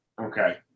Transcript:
Okay